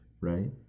right